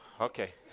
Okay